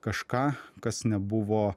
kažką kas nebuvo